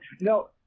no